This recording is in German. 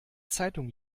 zeitung